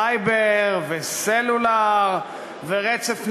סייבר וסלולר ורצף נתונים,